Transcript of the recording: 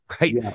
right